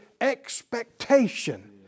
expectation